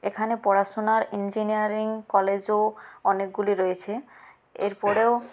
এখানে পড়াশুনার ইঞ্জিনিয়ারিং কলেজও অনেকগুলি রয়েছে এরপরেও